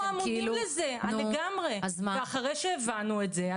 אנחנו אמונים לזה ואחרי שהבנו את זה,